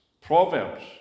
Proverbs